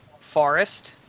forest